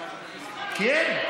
כי אין.